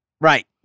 right